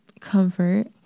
comfort